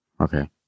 Okay